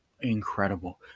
incredible